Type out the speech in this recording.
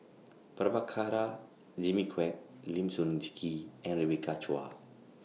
Prabhakara Jimmy Quek Lim Sun Gee and Rebecca Chua